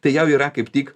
tai jau yra kaip tik